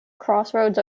crossroads